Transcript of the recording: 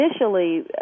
Initially